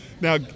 Now